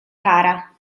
cara